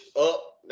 up